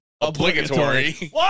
Obligatory